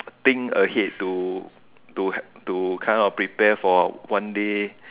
think ahead to to ha to kinda prepare for one day